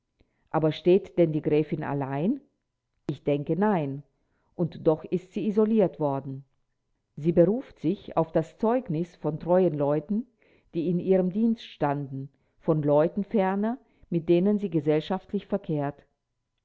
aber steht denn die gräfin allein ich denke nein und doch ist sie isoliert worden sie beruft sich auf das zeugnis von treuen leuten die in ihrem dienst standen von leuten ferner mit denen sie gesellschaftlich verkehrt